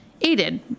aided